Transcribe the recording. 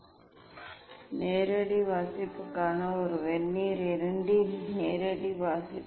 c minus a vernier I மற்றும் d minus b க்கான நேரடி வாசிப்புக்கான ஒரு வெர்னியர் II இன் நேரடி வாசிப்பு